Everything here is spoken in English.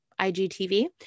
IGTV